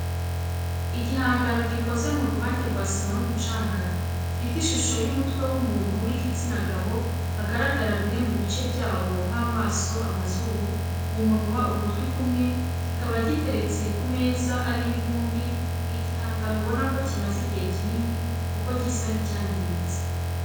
Igihangano gikoze mu ruvange rwa sima n'umucanga gifite ishusho y'umutwe w'umuntu w'igitsina gabo hagaragara bimwe mu bice byawo nk'amaso amazuru, umunwa ugutwi kumwe kikaba giteretse ku meza ariho ivumbi ni igihangano ubona ko kimaze igihe kinini kuko gisa n'icyangiritse